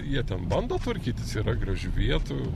jie ten bando tvarkytis yra gražių vietų